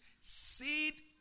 seed